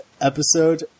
episode